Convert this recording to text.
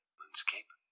moonscape